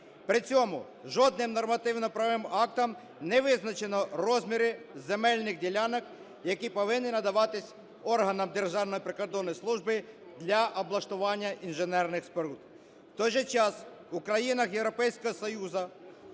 При цьому жодним нормативно-правовим актом не визначено розміри земельних ділянок, які повинні надаватись органам Державної прикордонної служби для облаштування інженерних споруд. У той же час в країнах Європейського Союзу